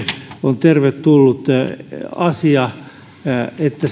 on tervetullut asia että